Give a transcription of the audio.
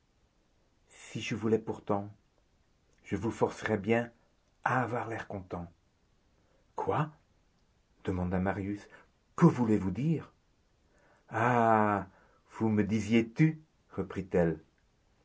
si je voulais pourtant je vous forcerais bien à avoir l'air content quoi demanda marius que voulez-vous dire ah vous me disiez tu reprit-elle